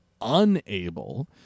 unable